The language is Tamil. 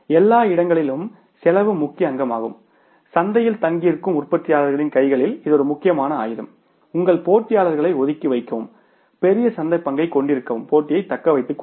எல்லா இடங்களிலும் செலவு முக்கிய அங்கமாகும் சந்தையில் தங்கியிருக்கும் உற்பத்தியாளரின் கைகளில் இது ஒரு முக்கியமான ஆயுதம் உங்கள் போட்டியாளர்களை ஒதுக்கி வைக்கவும் பெரிய சந்தைப் பங்கைக் கொண்டிருக்கவும் போட்டியைத் தக்க வைத்துக் கொள்ளுங்கள்